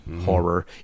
horror